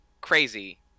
crazy